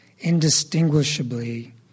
indistinguishably